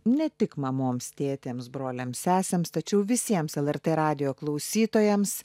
ne tik mamoms tėtėms broliams sesėms tačiau visiems lrt radijo klausytojams